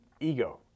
ego